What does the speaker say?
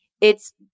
it's-